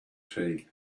tea